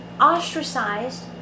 ostracized